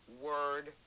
word